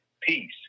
peace